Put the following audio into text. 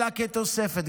אלא כתוספת.